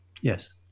Yes